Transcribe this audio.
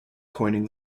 coining